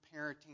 parenting